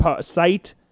Site